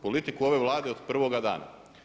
Politiku ove Vlade od prvoga dana.